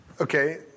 Okay